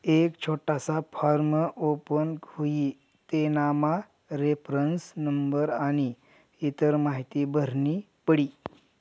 एक छोटासा form open हुई तेनामा रेफरन्स नंबर आनी इतर माहीती भरनी पडी